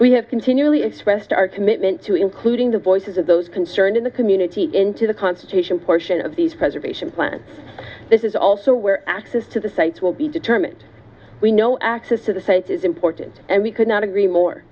we have continually expressed our commitment to including the voices of those concerned in the community into the constitution portion of these preservation plans this is also where access to the sites will be determined we know access to the sites is important and we could not agree more